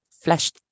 fleshed